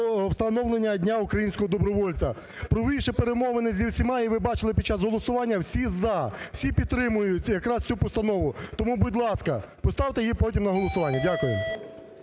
встановлення Дня українського добровольця, провівши перемовини з усіма, і ви бачили під час голосування, всі "за", всі підтримують якраз цю постанову. Тому, будь ласка, поставте її потім на голосування. Дякую.